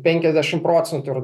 penkiasdešimt procentų ir